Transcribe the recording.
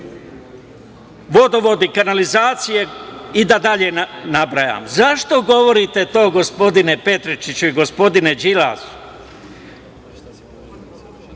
vodovodi, kanalizacije i dalje ne nabrajam.Zašto govorite to, gospodine Petričiću i gospodine Đilas?